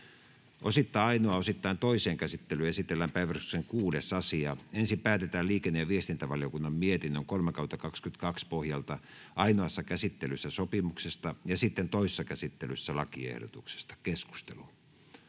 Osittain ainoaan, osittain toiseen käsittelyyn esitellään päiväjärjestyksen 7. asia. Ensin päätetään liikenne- ja viestintävaliokunnan mietinnön LiVM 4/2022 vp pohjalta ainoassa käsittelyssä sopimuksesta ja sitten toisessa käsittelyssä lakiehdotuksesta.